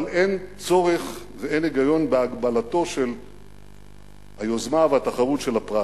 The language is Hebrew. אבל אין צורך ואין היגיון בהגבלת היוזמה והתחרות של הפרט.